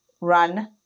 run